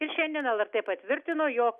ir šiandien lrt patvirtino jog